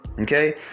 okay